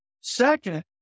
Second